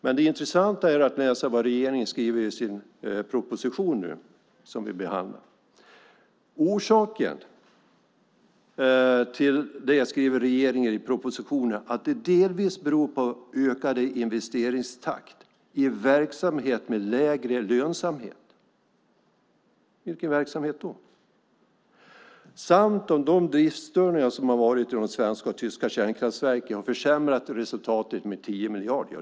Men det intressanta är vad regeringen skriver i den proposition som vi nu behandlar. Man skriver nämligen att detta delvis beror på ökad investeringstakt i verksamhet med lägre lönsamhet. Vilken verksamhet då? Man skriver också att de driftsstörningar som har varit i de svenska och tyska kärnkraftverken har försämrat resultatet men 10 miljarder.